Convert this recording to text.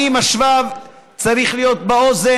האם השבב צריך להיות באוזן,